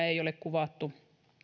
ei ole kuvattu